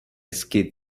skid